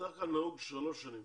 בדרך כלל נהוג שלוש שנים.